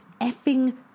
effing